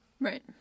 Right